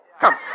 Come